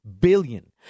billion